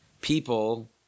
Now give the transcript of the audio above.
people